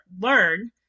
learn